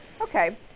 Okay